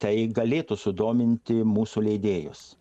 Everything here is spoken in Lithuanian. tai galėtų sudominti mūsų leidėjus